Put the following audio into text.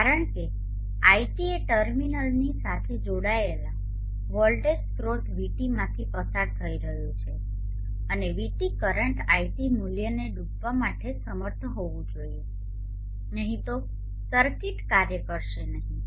કારણ કે iT એ ટર્મિનલની સાથે જોડાયેલ વોલ્ટેજ સ્ત્રોત VT માંથી પસાર થઈ રહ્યું છે અને VT કરંટ iT મૂલ્યને ડૂબવા માટે સમર્થ હોવું જોઈએ નહીં તો સર્કિટ કાર્ય કરશે નહીં